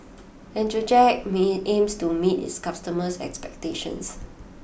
Accucheck aims to meet its customers' expectations